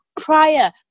prior